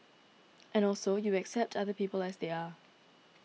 and also you accept other people as they are